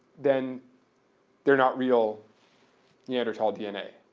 then they're not real neanderthal dna.